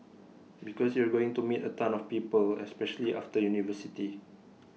because you're going to meet A ton of people especially after university